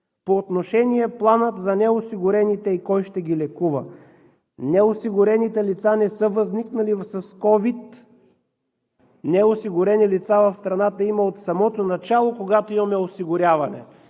По отношение Плана за неосигурените и кой ще ги лекува. Неосигурените лица не са възникнали с COVID, неосигурени лица в страната има от самото начало, когато имаме осигуряване.